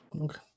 Okay